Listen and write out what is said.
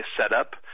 setup